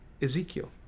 Ezekiel